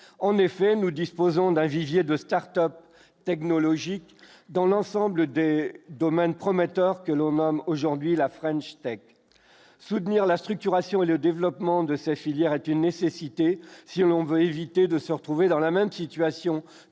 en effet, nous disposons d'un vivier de Start-Up technologiques dans l'ensemble des domaines prometteurs que l'homme aujourd'hui la French Tech Soutenir la structuration et le développement de cette filière est une nécessité si on veut éviter de se retrouver dans la même situation